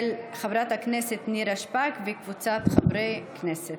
של חברת הכנסת נירה שפק וקבוצת חברי הכנסת,